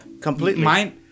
completely